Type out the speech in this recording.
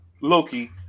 Loki